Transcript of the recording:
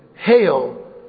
Hail